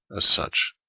as such,